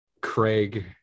Craig